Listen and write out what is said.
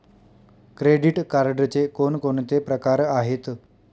Credit कार्डचे कोणकोणते प्रकार आहेत?